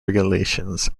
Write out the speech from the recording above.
regulations